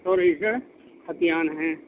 سو register ہتھیان ہیں